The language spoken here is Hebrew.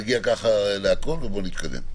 כך נגיע לכול ונוכל להתקדם.